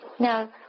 Now